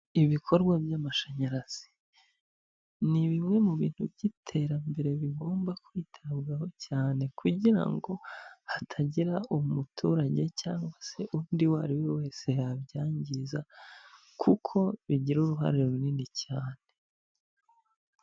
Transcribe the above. Ibikorwa by'amashanyarazi ni bimwe mu bintu by'iterambere bigomba kwitabwaho cyane kugira ngo hatagira umuturage cyangwa se undi uwo ariwe wese wabyangiza kuko bigira uruhare runini cyane.